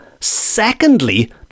secondly